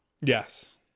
Yes